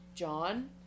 John